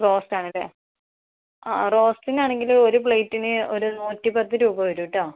റോസ്റ്റാണല്ലേ ആ ആ റോസ്റ്റിനാണെങ്കിൽ ഒരു പ്ലേറ്റിന് ഒരു നൂറ്റി പത്ത് രൂപ വെരും കേട്ടോ